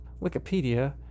Wikipedia